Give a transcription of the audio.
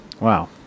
Wow